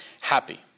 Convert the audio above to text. happy